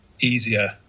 easier